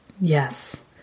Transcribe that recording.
Yes